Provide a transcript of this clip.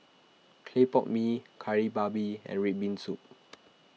Clay Pot Mee Kari Babi and Red Bean Soup